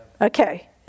Okay